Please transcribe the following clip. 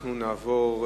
אנחנו נעבור להצבעה.